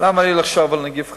למה לי לחשוב על נגיף חדש.